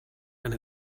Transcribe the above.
and